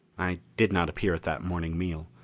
i did not appear at that morning meal.